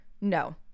no